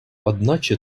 одначе